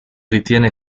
ritiene